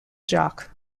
jock